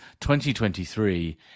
2023